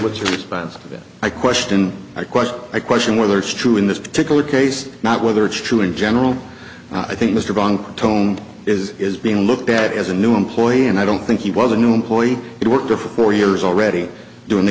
what's responsible i question my question i question whether it's true in this particular case not whether it's true in general i think mr von tome is is being looked at as a new employee and i don't think he was a new employee it worked for four years already doing the